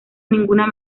ninguna